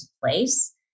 place